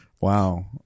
Wow